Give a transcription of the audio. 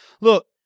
Look